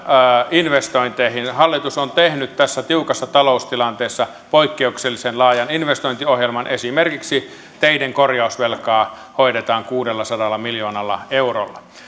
investointeihin hallitus on tehnyt tässä tiukassa taloustilanteessa poikkeuksellisen laajan investointiohjelman esimerkiksi teiden korjausvelkaa hoidetaan kuudellasadalla miljoonalla eurolla